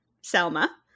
Selma